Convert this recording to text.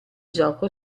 gioco